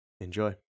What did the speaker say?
Enjoy